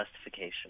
justification